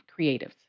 creatives